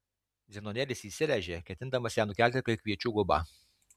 zenonėlis įsiręžė ketindamas ją nukelti kaip kviečių gubą